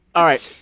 all right,